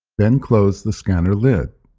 then close the scanner lid.